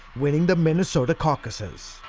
winning the minnesota caucuses.